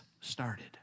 started